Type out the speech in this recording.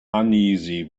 uneasy